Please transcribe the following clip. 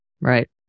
right